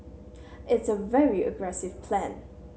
it's a very aggressive plan